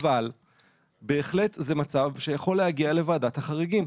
אבל בהחלט זה מצב שיכול להגיע לוועדת החריגים.